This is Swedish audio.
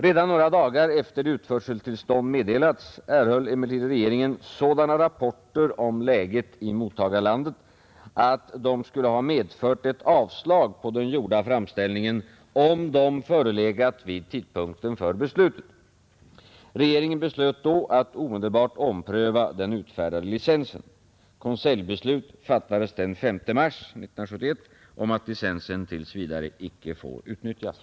Redan några dagar efter det utförseltillstånd meddelats erhöll emellertid regeringen sådana rapporter om läget i mottagarlandet att de skulle ha medfört ett avslag på den gjorda framställningen om de förelegat vid en av principerna för vapenexport tidpunkten för beslutet. Regeringen beslöt då att omedelbart ompröva den utfärdade licensen. Konseljbeslut fattades den 5 mars 1971 om att licensen tills vidare icke får utnyttjas.